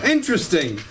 Interesting